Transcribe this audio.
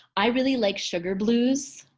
i really like sugar blues.